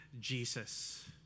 Jesus